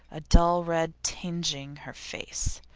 a dull red tingeing her face.